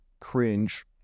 cringe